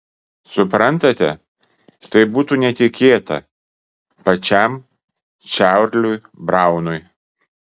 suprantate tai būtų netikėta pačiam čarliui braunui